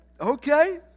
Okay